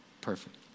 Perfect